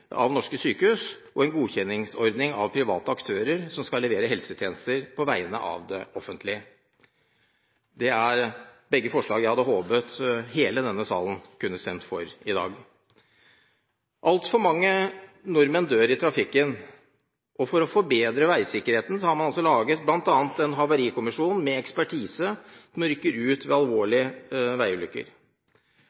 av norske sykehus og en godkjenningsordning av private aktører som skal levere helsetjenester på vegne av det offentlige. Det er to forslag jeg hadde håpet hele denne salen kunne stemt for i dag. Altfor mange nordmenn dør i trafikken. For å forbedre veisikkerheten har man bl.a. satt ned en havarikommisjon med ekspertise som rykker ut ved